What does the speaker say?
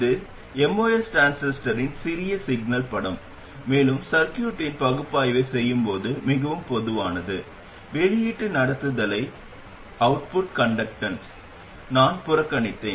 இது MOS டிரான்சிஸ்டரின் சிறிய சிக்னல் படம் மேலும் சர்க்யூட்டின் பகுப்பாய்வைச் செய்யும்போது மிகவும் பொதுவானது வெளியீட்டு நடத்துதலை நான் புறக்கணித்தேன்